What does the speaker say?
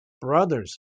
brothers